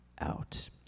out